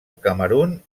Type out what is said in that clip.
camerun